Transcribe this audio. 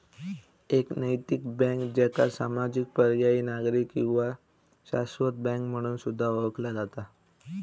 एक नैतिक बँक, ज्याका सामाजिक, पर्यायी, नागरी किंवा शाश्वत बँक म्हणून सुद्धा ओळखला जाता